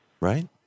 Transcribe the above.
right